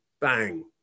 Bang